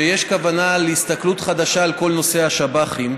שיש כוונה להסתכלות חדשה על כל נושא השב"חים,